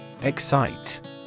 Excite